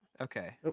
Okay